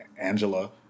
Angela